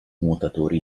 nuotatori